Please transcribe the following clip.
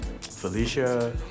Felicia